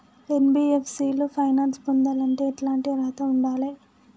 NBFC లో finance పొందాలంటే ఎట్లాంటి అర్హత ఉండాలే?